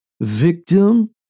victim